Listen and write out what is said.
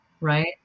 right